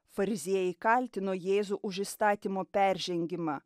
fariziejai kaltino jėzų už įstatymo peržengimą